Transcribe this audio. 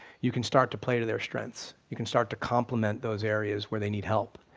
you can start to play to their strengths. you can start to compliment those areas where they need help.